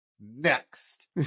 Next